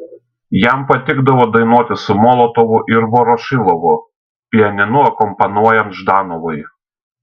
jam patikdavo dainuoti su molotovu ir vorošilovu pianinu akompanuojant ždanovui